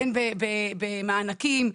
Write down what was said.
בין אם זה במענקים,